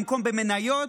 במקום במניות,